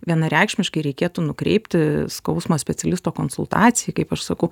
vienareikšmiškai reikėtų nukreipti skausmo specialisto konsultacijai kaip aš sakau